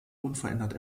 unverändert